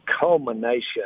culmination